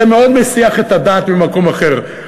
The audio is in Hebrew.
זה מאוד מסיח את הדעת ממקום אחר.